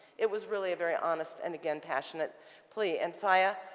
it was really a very honest and, again, passionate plea. and faya,